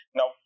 Now